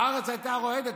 הארץ הייתה רועדת,